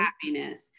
happiness